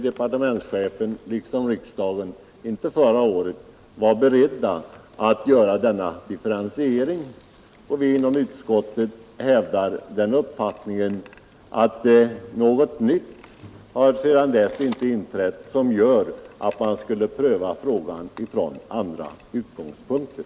Departementschefen uttalade där att han då inte var beredd att införa en differentiering. Vi inom utskottet hävdar att sedan dess inget nytt inträffat som skulle motivera att man skulle pröva frågan från andra utgångspunkter.